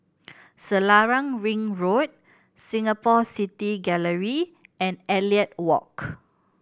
Selarang Ring Road Singapore City Gallery and Elliot Walk